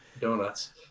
donuts